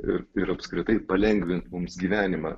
ir ir apskritai palengvint mums gyvenimą